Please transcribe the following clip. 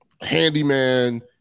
handyman